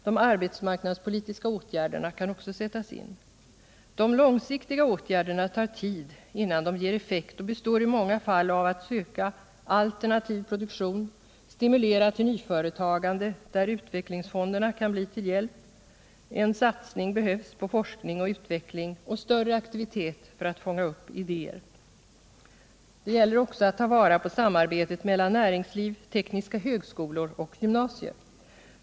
De arbetsmarknadspolitiska åtgärderna kan också sättas in. De långsiktiga åtgärderna tar tid innan de ger effekt och består i många fall av att söka alternativ produktion, stimulera till nyföretagande där utvecklingsfonderna kan bli till hjälp. En satsning behövs på forskning och utveckling och en större aktivitet för att fånga upp idéer. Det gäller också att ta vara på samarbetet mellan näringsliv, tekniska högskolor och gymnasier.